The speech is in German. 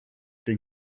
den